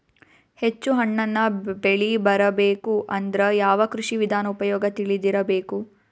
ಹೆಚ್ಚು ಹಣ್ಣನ್ನ ಬೆಳಿ ಬರಬೇಕು ಅಂದ್ರ ಯಾವ ಕೃಷಿ ವಿಧಾನ ಉಪಯೋಗ ತಿಳಿದಿರಬೇಕು?